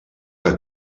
que